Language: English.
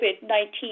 COVID-19